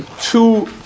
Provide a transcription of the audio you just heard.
Two